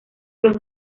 los